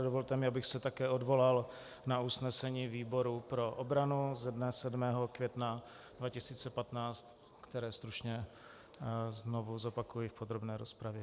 Dovolte mi, abych se také odvolal na usnesení výboru pro obranu ze dne 7. května 2015, které stručně znovu zopakuji v podrobné rozpravě.